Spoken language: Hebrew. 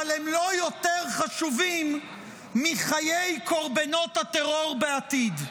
אבל הם לא יותר חשובים מחיי קורבנות הטרור בעתיד.